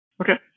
Okay